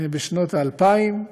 בשנות האלפיים,